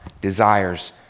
desires